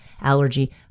allergy